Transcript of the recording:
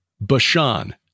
Bashan